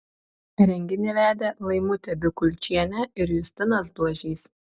renginį vedė laimutė bikulčienė ir justinas blažys